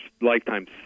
lifetime